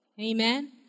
Amen